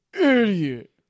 Idiot